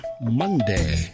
Monday